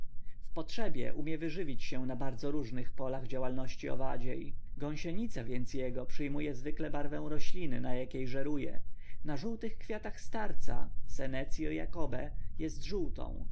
potrzebie umie wyżywić się na bardzo różnych polach działalności owadziej gąsienica więc jego przyjmuje zwykle barwę rośliny na jakiej żeruje na żółtych kwiatach starca senecio jacobae jest żółtą